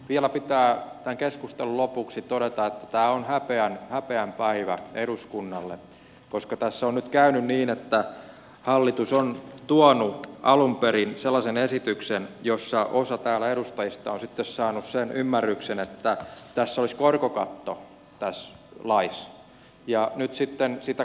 vielä pitää tämän keskustelun lopuksi todeta että tämä on häpeän päivä eduskunnalle koska tässä on nyt käynyt niin että hallitus on tuonut alun perin sellaisen esityksen josta osa edustajista täällä on sitten saanut sen ymmärryksen että tässä laissa olisi korkokatto ja nyt sitten sitä korkokattoa ei olekaan